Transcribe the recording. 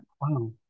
wow